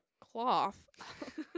cloth